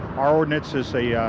our ordinance is a,